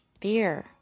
fear